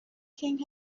king